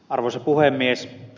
arvoisa puhemies